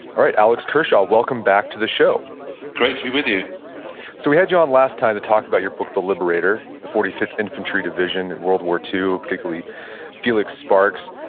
all right. alex kershaw, welcome back to the show great to be with you so we had you on last time to talk about your book the liberator the forty fifth infantry division in world war ii, particularly felix sparks.